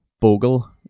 Bogle